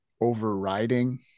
overriding